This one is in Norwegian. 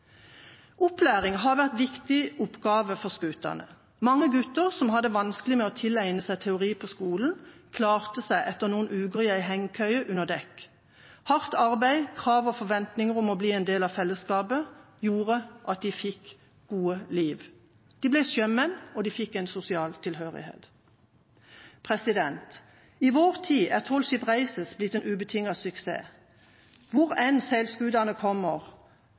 Opplæring har vært en viktig oppgave for skutene. Mange gutter som hadde vanskeligheter med å tilegne seg teori på skolen, klarte seg etter noen uker i en hengekøye under dekk. Hardt arbeid og krav og forventninger om å bli en del av fellesskapet gjorde at de fikk gode liv. De ble sjømenn, og de fikk en sosial tilhørighet. I vår tid er The Tall Ships Races blitt en ubetinget suksess. Hvor enn seilskutene kommer,